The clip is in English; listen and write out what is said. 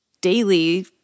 daily